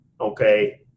okay